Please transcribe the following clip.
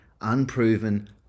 unproven